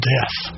Death